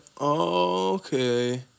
okay